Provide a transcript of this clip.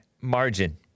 margin